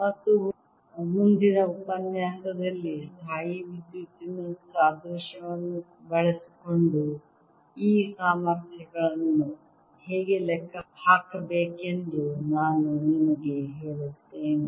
ಮತ್ತು ಮುಂದಿನ ಉಪನ್ಯಾಸದಲ್ಲಿ ಸ್ಥಾಯೀವಿದ್ಯುತ್ತಿನ ಸಾದೃಶ್ಯವನ್ನು ಬಳಸಿಕೊಂಡು ಈ ಸಾಮರ್ಥ್ಯಗಳನ್ನು ಹೇಗೆ ಲೆಕ್ಕ ಹಾಕಬೇಕೆಂದು ನಾನು ನಿಮಗೆ ಹೇಳುತ್ತೇನೆ